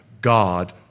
God